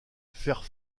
faire